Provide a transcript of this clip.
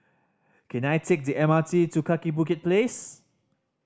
can I take the M R T to Kaki Bukit Place